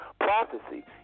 prophecy